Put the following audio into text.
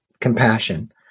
compassion